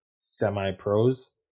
semi-pros